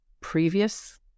previous